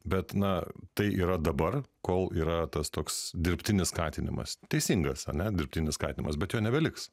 bet na tai yra dabar kol yra tas toks dirbtinis skatinimas teisingas ane dirbtinis skatinimas bet jo nebeliks